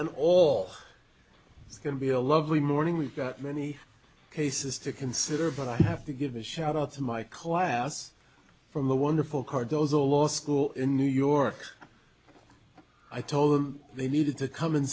i'm all it's going to be a lovely morning we've got many cases to consider but i have to give a shout out to my class from the wonderful cardozo law school in new york i told them they needed to come and